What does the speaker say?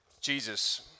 Jesus